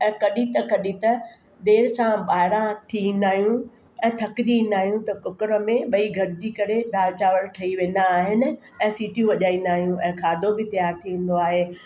ऐं कॾहिं त कॾहिं त देरि सां ॿाहिरां थी ईंदा आहियूं ऐं थकिजी ईंदा आहियूं त कूकर में ॿई गॾिजी करे दाल चांवर ठही वेंदा आहिनि ऐं सीटियूं वॼाईंदा आहियूं ऐं खाधो बि तयारु थींदो आहे